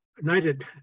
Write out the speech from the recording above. United